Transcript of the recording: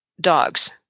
dogs